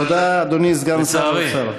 תודה, אדוני סגן שר האוצר.